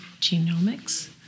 genomics